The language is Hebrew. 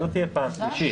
לא תהיה פעם שלישית.